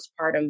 postpartum